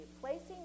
placing